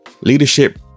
Leadership